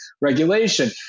regulation